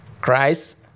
Christ